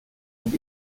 und